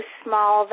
small